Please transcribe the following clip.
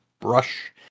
brush